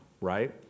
right